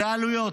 אלו העלויות.